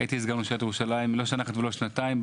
הייתי סגן ראש עיריית ירושלים לא שנה אחת ולא שנתיים.